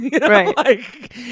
Right